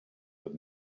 with